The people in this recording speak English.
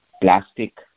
plastic